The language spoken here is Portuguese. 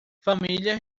família